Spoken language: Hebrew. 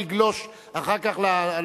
אי-אפשר לגלוש אחר כך לדברים.